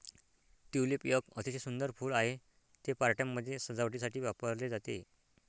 tulip एक अतिशय सुंदर फूल आहे, ते पार्ट्यांमध्ये सजावटीसाठी वापरले जाते